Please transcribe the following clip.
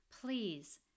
please